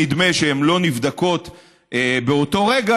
גם אם נדמה שטענות לא נבדקות באותו רגע,